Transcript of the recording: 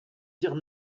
dire